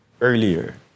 earlier